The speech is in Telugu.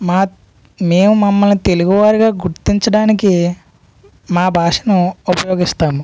మాత్ మేము మమల్ని తెలుగువారిగా గుర్తించడానికి మా భాషను ఉపయోగిస్తాము